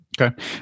Okay